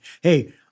hey